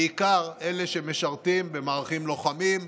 בעיקר אלה שמשרתים במערכים לוחמים,